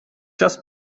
just